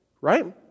right